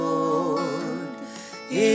Lord